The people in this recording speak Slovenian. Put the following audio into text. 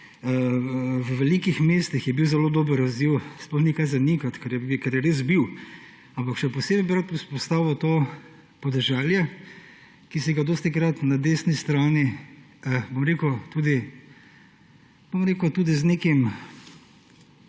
v velikih mestih je bil zelo dober odziv, sploh ni kaj zanikati, ker je res bilo. Ampak še posebej bi rad izpostavil to podeželje, ki si ga dostikrat na desni strani, bom rekel, tudi z neko